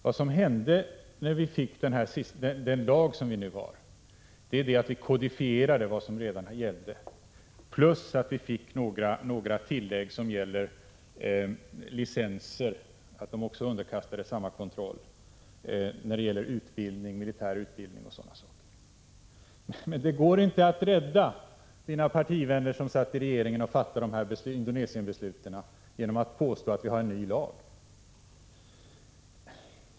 Vad som hände när vi fick den lag som vi nu har var att vi kodifierade vad som redan gällde plus att vi fick några tillägg beträffande licenser, som skall underkastas samma kontroll som annan export och när det gäller militär utbildning o. d. Men det går inte att rädda partivännerna, som satt i regeringen och fattade beslut om leveranser till Indonesien, genom att påstå att vi har en ny lag.